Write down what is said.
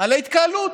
התקהלות,